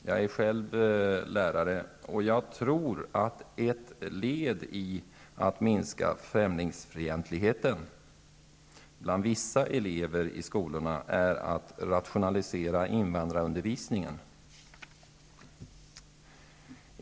Jag är själv lärare, och jag tror att ett led i att minska främlingsfientligheten bland vissa elever i skolorna är att rationalisera invandrarundervisningen.